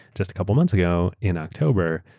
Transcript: just a couple months ago, in october,